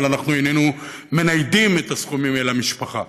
ואנחנו איננו מניידים את הסכומים האלה למשפחה.